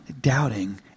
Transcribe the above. doubting